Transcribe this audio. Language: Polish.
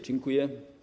Dziękuję.